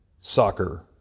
soccer